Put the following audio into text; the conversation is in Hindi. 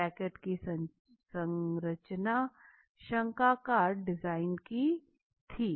पैकेट की संरचना शंक्वाकार डिजाइन की थी